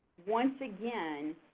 once again,